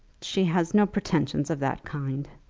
she has no pretensions of that kind,